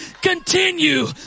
continue